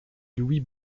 louis